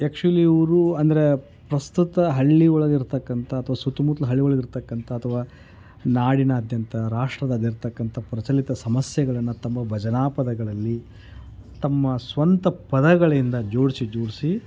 actually ಇವರು ಅಂದರೆ ಪ್ರಸ್ತುತ ಹಳ್ಳಿ ಒಳಗಿರತಕ್ಕಂಥ ಅಥ್ವಾ ಸುತ್ತಮುತ್ಲು ಹಳ್ಳಿ ಒಳಗಿರತಕ್ಕಂಥ ಅಥವಾ ನಾಡಿನಾದ್ಯಂತ ರಾಷ್ಟ್ರದಲ್ಲಿರ್ತಕ್ಕಂಥ ಪ್ರಚಲಿತ ಸಮಸ್ಯೆಗಳನ್ನು ತಮ್ಮ ಭಜನಾಪದಗಳಲ್ಲಿ ತಮ್ಮ ಸ್ವಂತ ಪದಗಳಿಂದ ಜೋಡಿಸಿ ಜೋಡಿಸಿ